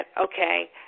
okay